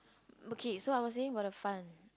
okay so I was saying for the fund